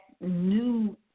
new